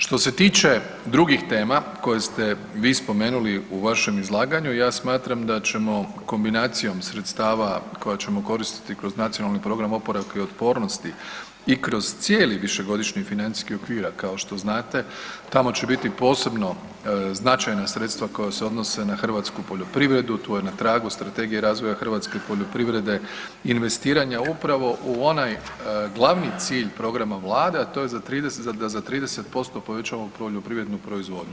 Što se tiče drugih tema koje ste vi spomenuli u vašem izlaganju ja smatram da ćemo kombinacijom sredstava koja ćemo koristiti kroz Nacionalni program oporavka i otpornosti i kroz cijeli višegodišnji financijski okvir, a kao što znate tamo će biti posebno značajna sredstva koja se odnose na hrvatsku poljoprivredu, to je na tragu strategije i razvoja hrvatske poljoprivrede, investiranja upravo u onaj glavni cilj programa Vlade, a to je da za 30% povećamo poljoprivrednu proizvodnju.